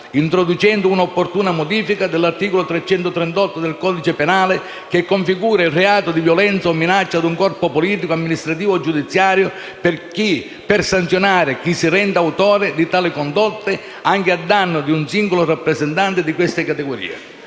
introducendo una opportuna modifica dell'articolo 338 del codice penale, che configura il reato di «violenza o minaccia ad un Corpo politico, amministrativo o giudiziario», per sanzionare chi si rende autore di tali condotte anche a danno di un singolo rappresentante di queste categorie.